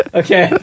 okay